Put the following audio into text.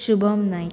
Shubham Naik